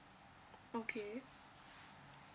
okay